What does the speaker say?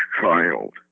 child